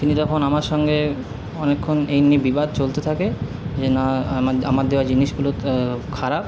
তিনি তখন আমার সঙ্গে অনেকক্ষণ এই নিয়ে বিবাদ চলতে থাকে যে না আমার দেওয়া জিনিসগুলো খারাপ